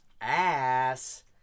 ass